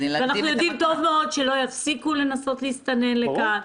אנחנו יודעים טוב מאוד שלא יפסיקו לנסות להסתנן לכאן.